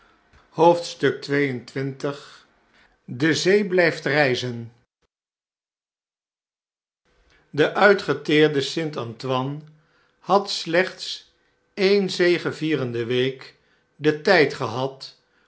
xxii de zee blijft rijzen de uitgeteerde st antoine had slechts eene zegevierende week den tijd gehadomzijn